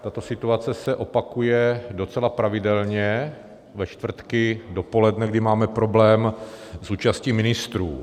Tato situace se opakuje docela pravidelně ve čtvrtky dopoledne, kdy máme problém s účastí ministrů.